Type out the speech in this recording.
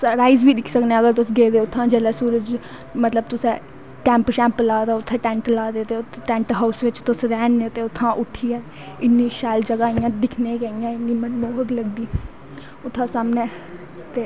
rise बी दिक्खी सकने अगर तुस गेदे उत्तैं जिसलै सूरज मतलव तुसैं टैंट शैंट लाए दा उत्थें टैंट लाए दां ते उत्थे टैंट हाउस बिच्च तुस रैह् ने तां उत्थां दा उट्ठियै इन्नी सैल जगा ऐ इयां दिक्खनें गी इन्नी मन मोहक लगदी उत्थैं सामनै ते